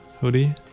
hoodie